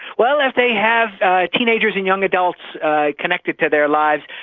well, if they have teenagers and young adults connected to their lives,